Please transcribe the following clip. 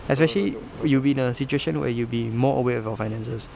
especially you'll be in a situation where you'll be more aware of your finances